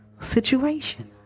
situation